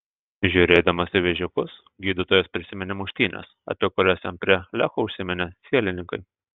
žiūrėdamas į vežikus gydytojas prisiminė muštynes apie kurias jam prie lecho užsiminė sielininkai